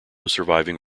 surviving